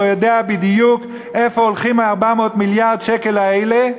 לא יודע בדיוק איפה הולכים 400 המיליארד שקל האלה,